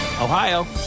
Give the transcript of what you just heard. Ohio